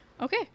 Okay